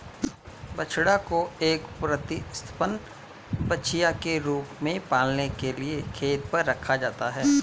बछड़ा को एक प्रतिस्थापन बछिया के रूप में पालने के लिए खेत पर रखा जाता है